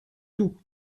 tout